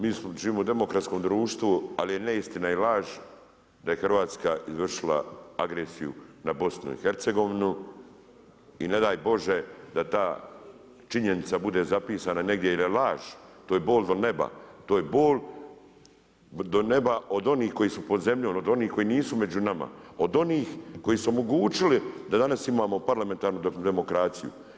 Mi živimo u demokratskom društvu, ali je neistina i laž da je Hrvatska izvršila agresiju na BIH i ne daj Bože da ta činjenica bude zapisana negdje jer je laž, to je bol do neba, to je bol do neba od onih koji su pod zemljom, od onih koji nisu među nama, od onih koji su omogućili da danas imamo parlamentarnu dokumentaciju.